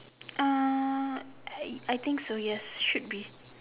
uh I I think so yes should be